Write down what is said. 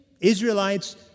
Israelites